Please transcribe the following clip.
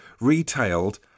retailed